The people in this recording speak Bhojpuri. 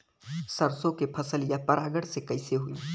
सरसो के फसलिया परागण से कईसे होई?